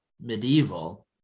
medieval